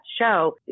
show